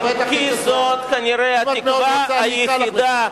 חברת הכנסת זוארץ, אם את מאוד רוצה, אני אקרא לך.